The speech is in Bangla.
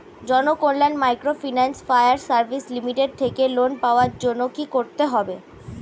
Janakalyan microfinance fire service limited থেকে লোন পাওয়ার জন্য কি করতে হবে?